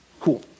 Cool